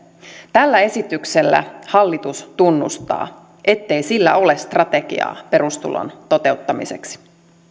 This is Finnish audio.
tällä esityksellä hallitus tunnustaa ettei sillä ole strategiaa perustulon toteuttamiseksi